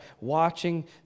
watching